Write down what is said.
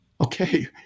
Okay